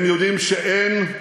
הם יודעים שאין,